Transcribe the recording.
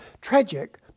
Tragic